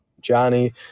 Johnny